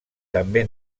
també